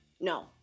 No